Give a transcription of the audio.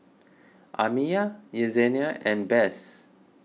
Amiya Yessenia and Bess